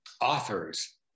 authors